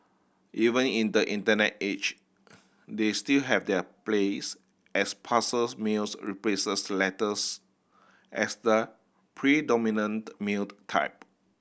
even in the internet age they still have their place as parcels mails replaces letters as the predominant mailed type